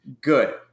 Good